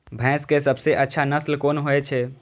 भैंस के सबसे अच्छा नस्ल कोन होय छे?